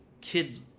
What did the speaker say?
kid